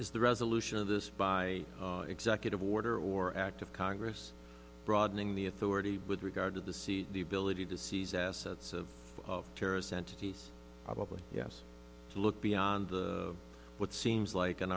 is the resolution of this by executive order or act of congress broadening the authority with regard to the sea the ability to seize assets of of terrorists entities probably yes to look beyond what seems like an